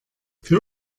für